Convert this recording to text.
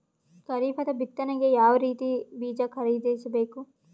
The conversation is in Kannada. ಖರೀಪದ ಬಿತ್ತನೆಗೆ ಯಾವ್ ರೀತಿಯ ಬೀಜ ಖರೀದಿಸ ಬೇಕು?